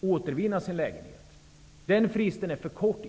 och återvinna sin lägenhet. I dag är den fristen för kort.